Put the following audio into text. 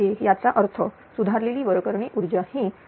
याचा अर्थ सुधारलेली वरकरणी ऊर्जा ही 7397